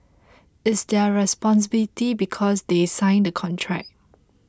it's their responsibility because they sign the contract